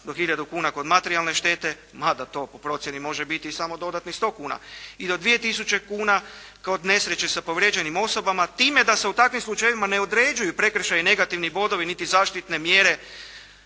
do 1000 kuna kod materijalne štete, mada to po procjeni može biti i samo dodatnih 100 kuna. I do 2000 kuna kod nesreće sa povrijeđenim osobama, time da se u takvim slučajevima ne određuju prekršaji, negativni bodovi, niti zaštitne mjere.